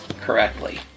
correctly